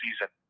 season